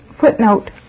Footnote